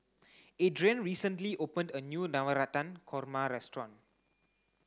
Adrienne recently opened a new Navratan Korma restaurant